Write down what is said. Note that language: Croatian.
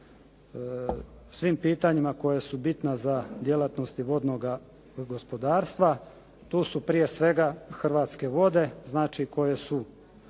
svim pitanjima koja su bitna za djelatnosti vodnoga gospodarstva. To su prije svega "Hrvatske vode", koje su